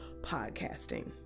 podcasting